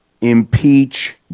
impeach